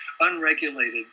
unregulated